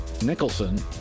Nicholson